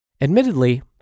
Admittedly